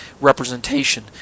representation